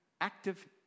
active